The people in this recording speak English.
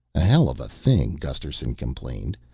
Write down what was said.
a hell of a thing, gusterson complained,